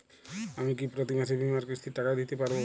আমি কি প্রতি মাসে বীমার কিস্তির টাকা দিতে পারবো?